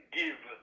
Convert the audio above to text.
give